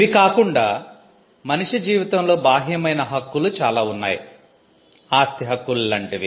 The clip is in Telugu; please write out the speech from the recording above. ఇవి కాకుండా మనిషి జీవితంలో బాహ్యమైన హక్కులు చాలా ఉన్నాయి ఆస్తి హక్కులు లాంటివి